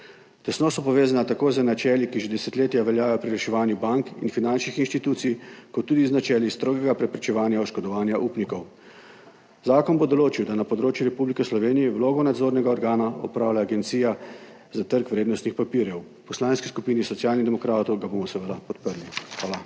Tesno so povezana tako z načeli, ki že desetletja veljajo pri reševanju bank in finančnih institucij, kot tudi z načeli strogega preprečevanja oškodovanja upnikov. Zakon bo določil, da na področju Republike Slovenije vlogo nadzornega organa opravlja Agencija za trg vrednostnih papirjev. V Poslanski skupini Socialnih demokratov ga bomo seveda podprli. Hvala.